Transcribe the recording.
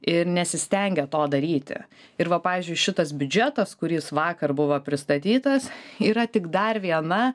ir nesistengia to daryti ir va pavyzdžiui šitas biudžetas kuris vakar buvo pristatytas yra tik dar viena